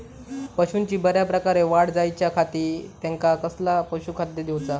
पशूंची बऱ्या प्रकारे वाढ जायच्या खाती त्यांका कसला पशुखाद्य दिऊचा?